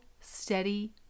steady